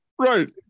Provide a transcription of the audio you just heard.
Right